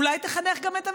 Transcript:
אולי תחנך גם את הממשלה?